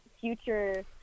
future